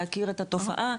להכיר את התופעה.